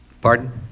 Pardon